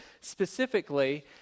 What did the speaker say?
specifically